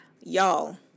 Y'all